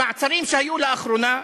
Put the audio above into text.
המעצרים שהיו לאחרונה,